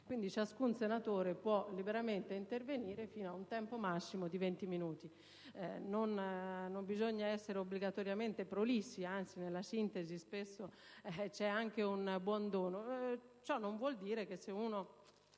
quindi ciascun senatore può liberamente intervenire fino ad un tempo massimo di venti minuti. Non bisogna essere obbligatoriamente prolissi, anzi, la sintesi spesso è un buon dono; ciò non vuol dire che se occorre